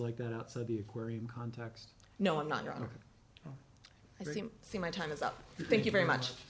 like that outside the aquarium context no i'm not gonna see my time is up thank you very much